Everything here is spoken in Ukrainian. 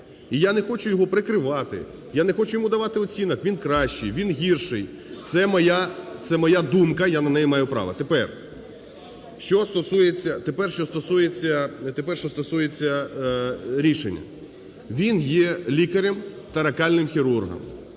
І я не хочу його прикривати, я не хочу йому давати оцінок, він кращий, він гірший. Це моя думка, я на неї маю право. Тепер, що стосується рішення. Він є лікарем, торакальним хірургом.